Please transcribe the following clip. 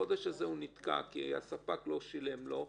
החודש הזה הוא נתקע כי הספק לא שילם לו וכו'.